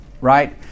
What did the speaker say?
right